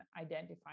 identify